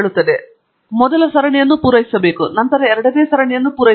ನಾನು ಮೊದಲ ಸರಣಿಯನ್ನು ಪೂರೈಸಬೇಕು ಮತ್ತು ನಂತರ ಎರಡನೇ ಸರಣಿಯನ್ನು ಪೂರೈಸಬೇಕು